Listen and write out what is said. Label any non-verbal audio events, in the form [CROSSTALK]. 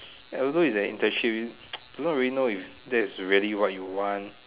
and also it's an internship [NOISE] you do not really know if that's really what you want